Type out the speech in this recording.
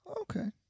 Okay